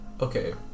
Okay